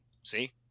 See